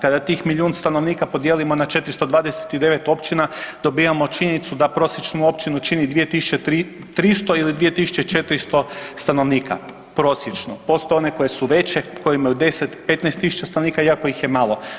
Kada tih milijun stanovnika podijelimo na 429 općina, dobivamo činjenicu da prosječnu općinu čini 2300 ili 24000 stanovnika prosječno ... one koje su veće, koje imaju 10, 15 000 stanovnika iako ih je malo.